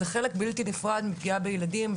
זה חלק בלתי נפרד מפגיעה בילדים,